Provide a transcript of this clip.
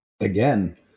again